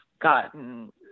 gotten